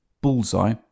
Bullseye